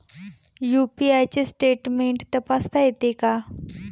UPI चे statement तपासता येते का?